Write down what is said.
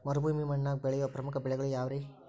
ಮರುಭೂಮಿ ಮಣ್ಣಾಗ ಬೆಳೆಯೋ ಪ್ರಮುಖ ಬೆಳೆಗಳು ಯಾವ್ರೇ?